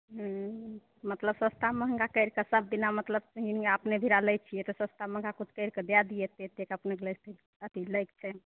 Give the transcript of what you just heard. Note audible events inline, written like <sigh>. हूँ मतलब सस्ता महङ्गा कैर सब दिना मतलब कहीं नहि अपने भिरा लै छियै तऽ सस्ता महङ्गा ओतेक कैरि कऽ दै दियै <unintelligible> अपनेकेॅं लैके छै